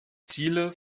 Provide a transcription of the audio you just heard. ziele